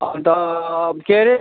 अन्त के हरे